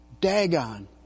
Dagon